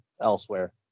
elsewhere